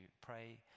pray